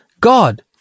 God